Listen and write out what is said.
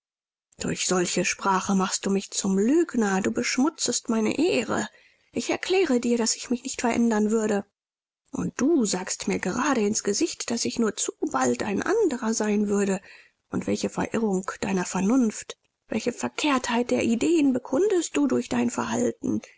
durch solche sprache machst du mich zum lügner du beschmutzest meine ehre ich erklärte dir daß ich mich nicht verändern würde und du sagst mir gerade ins gesicht daß ich nur zu bald ein anderer sein würde und welche verirrung deiner vernunft welche verkehrtheit der ideen bekundest du durch dein verhalten